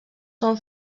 són